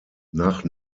nach